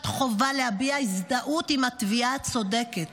חובה להביע הזדהות עם התביעה הצודקת